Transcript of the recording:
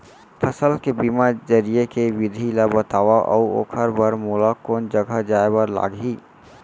फसल के बीमा जरिए के विधि ला बतावव अऊ ओखर बर मोला कोन जगह जाए बर लागही?